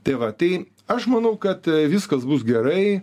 tai va tai aš manau kad viskas bus gerai